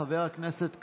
חבר הכנסת קרעי.